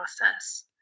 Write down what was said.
process